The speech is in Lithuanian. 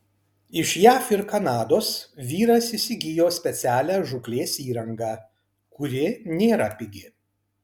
iš jav ir kanados vyras įsigijo specialią žūklės įrangą kuri nėra pigi